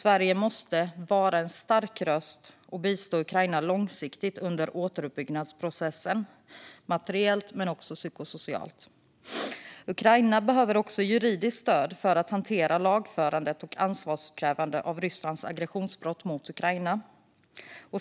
Sverige måste vara en stark röst och bistå Ukraina långsiktigt under återuppbyggnadsprocessen. Det gäller både materiellt och psykosocialt. Ukraina behöver juridiskt stöd för att hantera lagförandet av och ansvarsutkrävandet för Rysslands aggressionsbrott mot Ukraina.